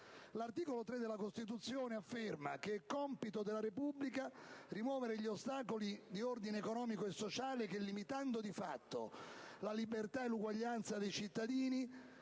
L'articolo 3 della Costituzione afferma: "È compito della Repubblica rimuovere gli ostacoli di ordine economico e sociale, che limitando di fatto la libertà e l'uguaglianza dei cittadini,